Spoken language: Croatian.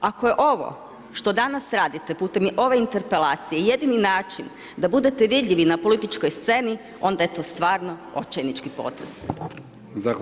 Ako je ovo što danas radite putem ove interpelacije jedini način da budete vidljivi na političkoj sceni onda je to stvarno očajnički potez.